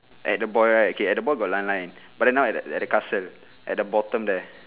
at the boy right okay at the boy got line line but now at at the castle at the bottom there